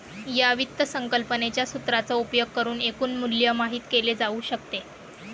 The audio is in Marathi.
या वित्त संकल्पनेच्या सूत्राचा उपयोग करुन एकूण मूल्य माहित केले जाऊ शकते